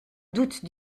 doute